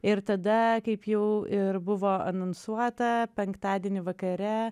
ir tada kaip jau ir buvo anonsuota penktadienį vakare